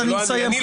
אני מסיים